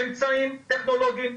אמצעים טכנולוגיים,